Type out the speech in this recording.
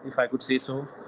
if i could say so.